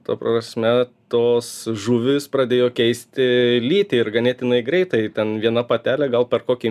ta prasme tos žuvys pradėjo keisti lytį ir ganėtinai greitai ten viena patelė gal per kokį